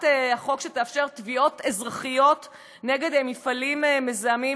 החוק שתאפשר תביעות אזרחיות נגד מפעלים מזהמים,